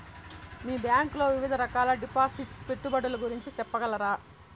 మీ bank లో వివిధ రకాల డిపాసిట్స్, పెట్టుబడుల గురించి సెప్పగలరా?